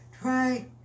try